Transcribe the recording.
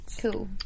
Cool